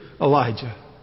Elijah